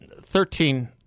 Thirteen